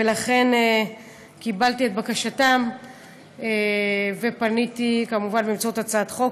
ולכן קיבלתי את בקשתם ופניתי כמובן באמצעות הצעת חוק,